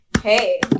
hey